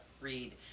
read